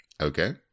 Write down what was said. okay